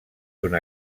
una